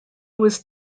was